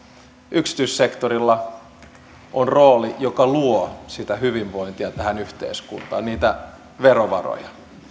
yksityissektorilla on rooli joka luo sitä hyvinvointia tähän yhteiskuntaan niitä verovaroja